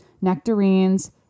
nectarines